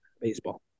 Baseball